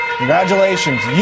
congratulations